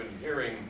hearing